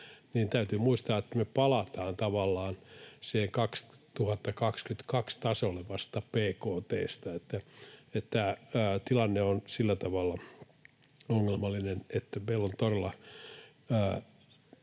niin täytyy muistaa, että me palataan tavallaan vasta siihen vuoden 2022 bkt:n tasolle. Eli tilanne on sillä tavalla ongelmallinen, että meillä on todella